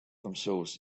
themselves